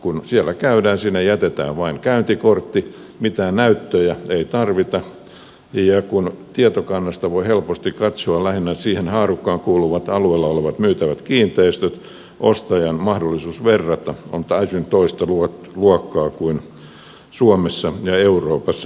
kun siellä käydään sinne jätetään vain käyntikortti mitään näyttöjä ei tarvita ja kun tietokannasta voi helposti katsoa lähinnä siihen haarukkaan kuuluvat alueella olevat myytävät kiinteistöt ostajan mahdollisuus verrata on täysin toista luokkaa kuin suomessa ja euroopassa ylipäätänsä